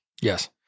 Yes